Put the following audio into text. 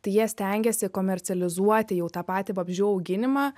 tai jie stengiasi komercializuoti jau tą patį vabzdžių auginimą